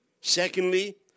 Secondly